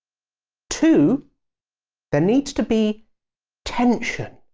two there needs to be tension.